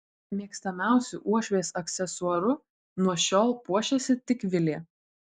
mėgstamiausiu uošvės aksesuaru nuo šiol puošiasi tik vilė